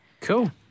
Cool